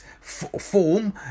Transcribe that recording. form